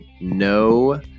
no